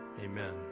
Amen